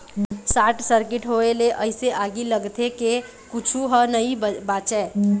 short circuit होए ले अइसे आगी लगथे के कुछू ह नइ बाचय